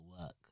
work